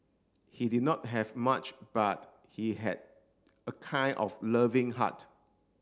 he did not have much but he had a kind of loving heart